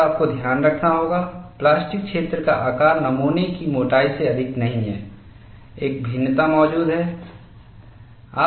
और आपको ध्यान रखना होगा प्लास्टिक क्षेत्र का आकार नमूना की मोटाई से अधिक नहीं है एक भिन्नता मौजूद है